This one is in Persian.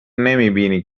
نمیبینی